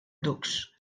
ducs